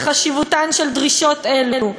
בחשיבותן של דרישות אלו.